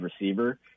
receiver